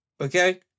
Okay